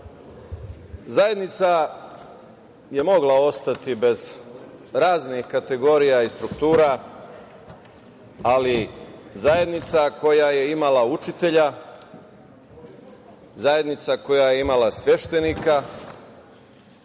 države. Zajednica je mogla ostati bez raznih kategorija i struktura, ali zajednica koja je imala učitelja, zajednica koja je imala sveštenika,